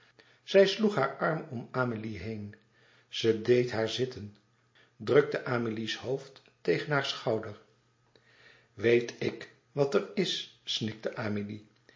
zij sloeg haar arm om amélie heen ze deed haar zitten drukte amélie's hoofd tegen haar schouder weet ik wat er is snikte amélie